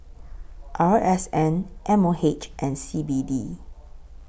R S N M O H and C B D